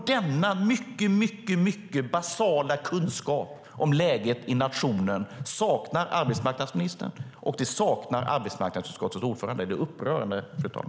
Denna mycket basala kunskap om läget i nationen saknar arbetsmarknadsministern och arbetsmarknadsutskottets ordförande. Det är upprörande, fru talman.